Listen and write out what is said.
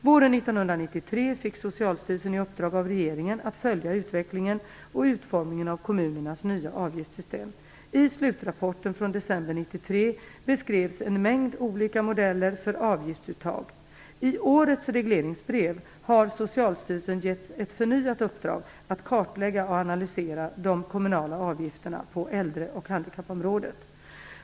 Våren 1993 fick Socialstyrelsen i uppdrag av regeringen att följa utvecklingen och utformningen av kommunernas nya avgiftssystem. I slutrapporten från december 1993 beskrevs en mängd olika modeller för avgiftsuttag. I årets regleringsbrev har Socialstyrelsen getts ett förnyat uppdrag att kartlägga och analysera de kommunala avgifterna på äldre och handikappområdet.